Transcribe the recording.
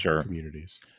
communities